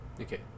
okay